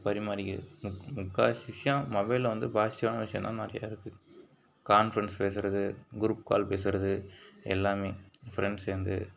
பரிமாறிக்கிறது முக்கால்வாசி விஷயம் மொபைலில் வந்து பாசிட்டிவான விஷயந்தான் நிறையா இருக்குது கான்ஃபரன்ஸ் பேசுகிறது குரூப் கால் பேசுகிறது எல்லாமே ஃப்ரெண்ட்ஸ் சேர்ந்து